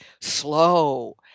slow